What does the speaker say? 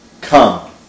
Come